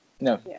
no